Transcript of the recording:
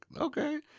okay